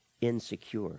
insecure